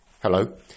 Hello